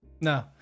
no